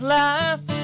life